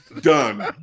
done